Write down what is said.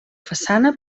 façana